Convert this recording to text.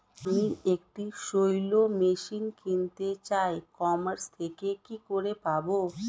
আমি একটি shallow machine কিনতে চাই ই কমার্স থেকে কি করে পাবো?